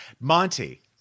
Monty